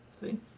See